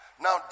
now